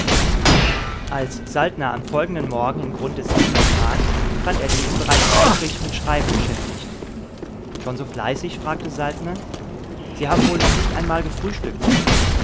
als saltner am folgenden morgen in grunthes zimmer trat fand er diesen bereits eifrig mit schreiben beschäftigt schon so fleißig fragte saltner sie haben wohl noch nicht einmal gefrühstückt